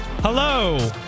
Hello